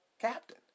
captain